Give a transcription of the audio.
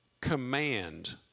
command